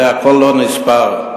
הכול לא נספר.